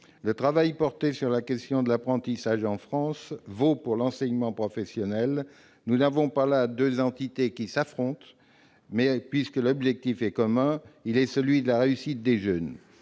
Le travail porté sur la question de l'apprentissage en France vaut pour l'enseignement professionnel. Nous n'avons pas là deux entités qui s'affrontent, puisque l'objectif est commun : la réussite des jeunes,